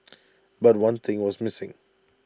but one thing was missing